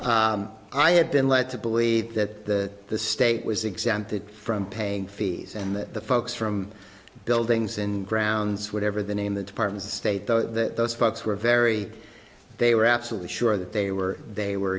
vermont i had been led to believe that the state was exempted from paying fees and the folks from buildings and grounds whatever the name the department of state though that those folks were very they were absolutely sure that they were they were